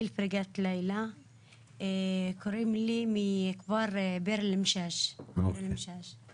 אני מכפר ביר אלמשש שאינו מוכר.